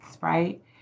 right